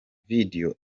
video